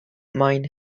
mine